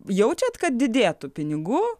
jaučiate kad didėtų pinigų